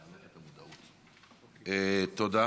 תודה.